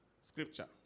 Scripture